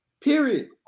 Period